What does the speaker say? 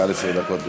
11 דקות לרשותך.